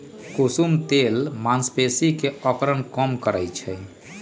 कुसुम तेल मांसपेशी के अकड़न कम करई छई